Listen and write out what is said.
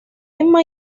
emma